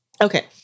Okay